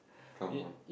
come out